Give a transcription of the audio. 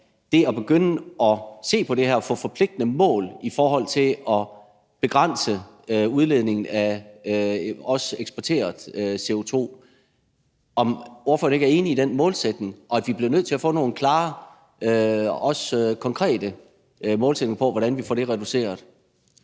det at begynde at se på det her og få forpligtende mål i forhold til at begrænse udledningen af også eksporteret CO2 ikke er en målsætning, ordføreren er enig i, og at vi bliver nødt til at få nogle klare og også konkrete målsætninger for, hvordan vi får reduceret